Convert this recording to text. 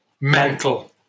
mental